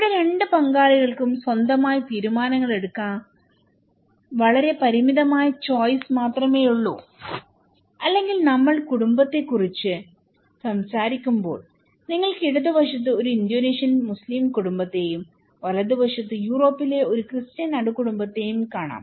ഇവിടെ രണ്ട് പങ്കാളികൾക്കും സ്വന്തമായി തീരുമാനങ്ങൾ എടുക്കാൻ വളരെ പരിമിതമായ ചോയ്സ് മാത്രമേയുള്ളൂഅല്ലെങ്കിൽ നമ്മൾ കുടുംബത്തെക്കുറിച്ച് സംസാരിക്കുമ്പോൾ നിങ്ങൾക്ക് ഇടതുവശത്ത് ഒരു ഇന്തോനേഷ്യൻ മുസ്ലീം കുടുംബത്തെയും വലതുവശത്ത് യൂറോപ്പിലെ ഒരു ക്രിസ്ത്യൻ അണുകുടുംബത്തെയും കാണാം